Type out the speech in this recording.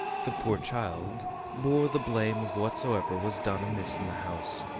the poor child bore the blame of whatsoever was done amiss in the house,